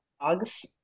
dogs